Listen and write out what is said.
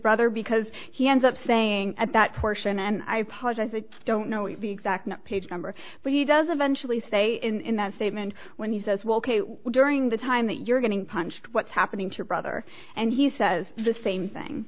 brother because he ends up saying at that portion and i apologize i don't know the exact page number but he doesn't vengefully say in that statement when he says well ok during the time that you're getting punched what's happening to your brother and he says the same thing